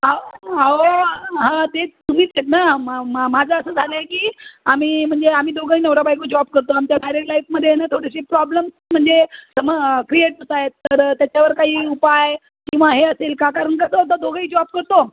हो हो हा तेच तुम्हीच ना मा माझं असं झालं आहे की आम्ही म्हणजे आम्ही दोघंही नवरा बायको जॉब करतो आमच्या मॅरिड लाईफमध्ये ना थोडीशी प्रॉब्लेम्स म्हणजे सम क्रिएट होत आहे तर त्याच्यावर काही उपाय किंवा हे असेल का कारण कसं होतं दोघंही जॉब करतो